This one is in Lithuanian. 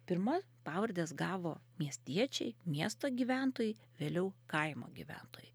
pirma pavardes gavo miestiečiai miesto gyventojai vėliau kaimo gyventojai